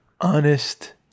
Honest